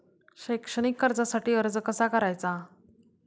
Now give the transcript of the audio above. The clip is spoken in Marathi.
शैक्षणिक कर्जासाठी अर्ज कसा करायचा?